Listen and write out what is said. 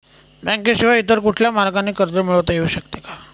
बँकेशिवाय इतर कुठल्या मार्गाने कर्ज मिळविता येऊ शकते का?